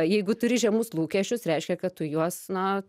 jeigu turi žemus lūkesčius reiškia kad tu juos na